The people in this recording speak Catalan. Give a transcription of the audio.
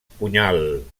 punyal